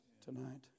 tonight